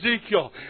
Ezekiel